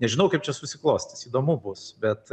nežinau kaip čia susiklostys įdomu bus bet